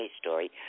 story